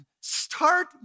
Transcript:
Start